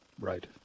Right